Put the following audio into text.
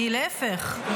להפך.